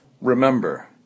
Remember